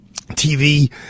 TV